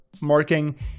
marking